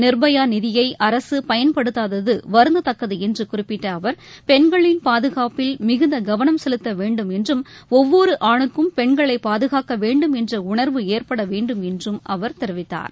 நிர்பயாநிதியைஅரசுபயன்படுத்தாததுவருந்தத்தக்கதுஎன்றுகுறிப்பிட்டஅவர் பெண்களின் பாதுகாப்பில் மிகுந்தகவனம் செலுத்தவேண்டும் என்றும் ஒவ்வொருஆணுக்கும் பெண்களைபாதுகாக்கவேண்டும் என்றஉணர்வு ஏற்படவேண்டும் என்றும் அவர் தெரிவித்தார்